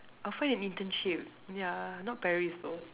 I'll find an internship yeah not Paris tho